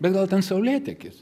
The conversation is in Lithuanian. bet gal ten saulėtekis